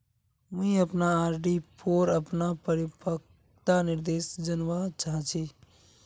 मुई अपना आर.डी पोर अपना परिपक्वता निर्देश जानवा चहची